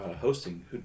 hosting